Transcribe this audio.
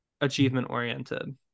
achievement-oriented